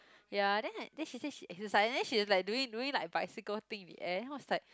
ya then like then she say she exercise then she was like doing doing like bicycle thing in the air then I was like